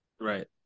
Right